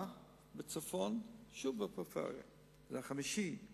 לרפואה בצפון, שוב, בפריפריה, החמישי.